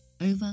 Over